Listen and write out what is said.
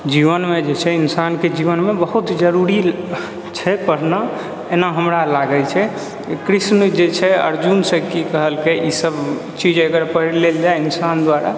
जीवनमे जे छै इंसानके जीवनमे बहुत जरुरी छै पढ़ना एना हमरा लागै छै ई कृष्ण जे छै अर्जुनसँ की कहलकै ई सब चीज अगर पढि लेल जाइ इंसान द्वारा